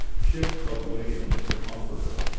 ship of william the conquerer.